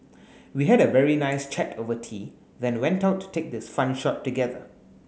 we had a very nice chat over tea then went out to take this fun shot together